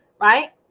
right